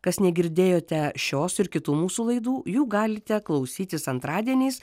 kas negirdėjote šios ir kitų mūsų laidų jų galite klausytis antradieniais